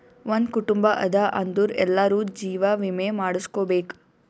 ಒಂದ್ ಕುಟುಂಬ ಅದಾ ಅಂದುರ್ ಎಲ್ಲಾರೂ ಜೀವ ವಿಮೆ ಮಾಡುಸ್ಕೊಬೇಕ್